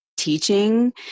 Teaching